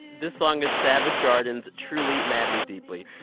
this song is savage garden's truly madly deeply,